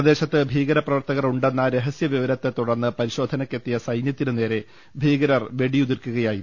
പ്രദേശത്ത് ഭീകരപ്രവർത്തകർ ഉണ്ടെന്ന രഹസ്യ വിവരത്തെതുടർന്ന് പരിശോധനയ്ക്കെത്തിയ സൈന്യത്തിനുനേരെ ഭീക രർ വെടിവെയ്ക്കുകയായിരുന്നു